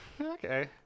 Okay